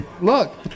Look